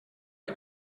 are